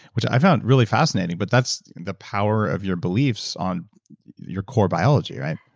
which i found really fascinating, but that's the power of your beliefs on your core biology, right?